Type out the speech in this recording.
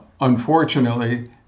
Unfortunately